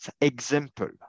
example